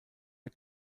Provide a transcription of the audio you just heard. der